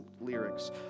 lyrics